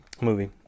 movie